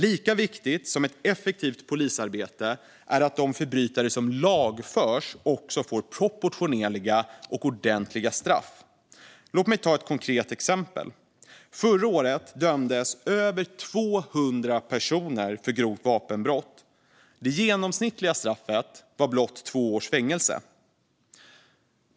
Lika viktigt som ett effektivt polisarbete är att de förbrytare som lagförs får proportionerliga och ordentliga straff. Låt mig ta ett konkret exempel. Förra året dömdes över 200 personer för grovt vapenbrott. Det genomsnittliga straffet var blott två års fängelse.